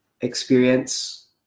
experience